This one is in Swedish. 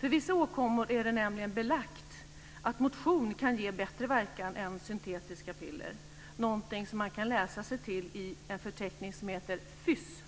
För vissa åkommor är det nämligen belagt att motion kan ge bättre verkan än syntetiska piller - någonting som man kan läsa sig till i en förteckning som heter FYSS,